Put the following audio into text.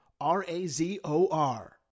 R-A-Z-O-R